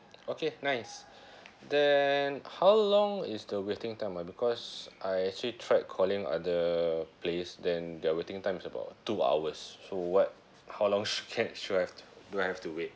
okay nice then how long is the waiting time ah because I actually tried calling other place then their waiting time is about two hours so what how long should can should I have do I have to wait